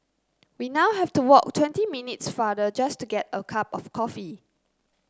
we now have to walk twenty minutes farther just to get a cup of coffee